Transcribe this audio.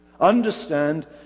Understand